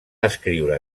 escriure